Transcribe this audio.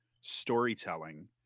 storytelling